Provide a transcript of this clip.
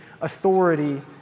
authority